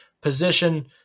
position